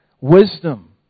wisdom